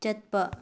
ꯆꯠꯄ